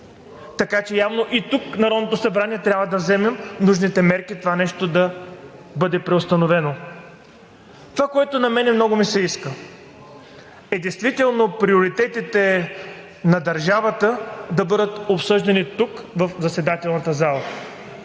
Така че явно и тук, в Народното събрание, трябва да вземем нужните мерки това нещо да бъде преустановено. Това, което на мен много ми се иска, е действително приоритетите на държавата да бъдат обсъждани тук – в заседателната зала.